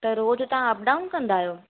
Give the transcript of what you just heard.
त रोज तव्हां अप डाउन कंदा आहियो